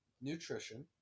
nutrition